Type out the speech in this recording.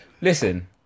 Listen